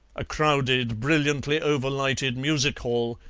a crowded, brilliantly over-lighted music-hall,